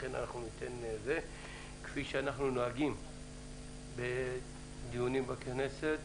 לכן אנחנו ניתן ליוזמת לפתוח במספר מילים על